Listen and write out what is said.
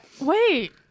wait